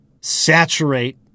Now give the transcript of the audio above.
saturate